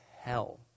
hell